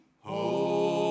home